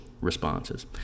responses